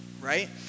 right